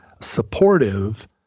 supportive